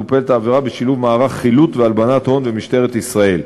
העבירה מטופלת בשילוב מערך חילוט והלבנת הון במשטרת ישראל.